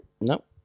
Nope